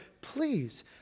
please